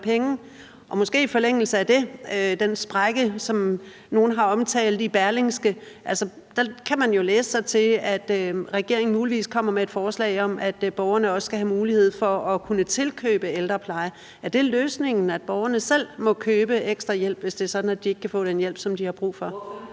Og måske i forlængelse af det vil jeg nævne den sprække, som nogle har omtalt i Berlingske. Der kan man jo læse sig til, at regeringen muligvis kommer med et forslag om, at borgerne også skal have mulighed for at kunne tilkøbe ældrepleje. Er det løsningen, at borgerne selv må købe ekstra hjælp, hvis det er sådan, at de ikke kan få den hjælp, som de har brug for?